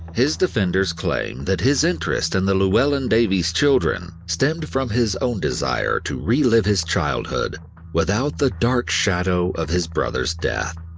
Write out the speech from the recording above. his defenders claim that his interest in and the llewelyn davies children stemmed from his own desire to relive his childhood without the dark shadow of his brother's death.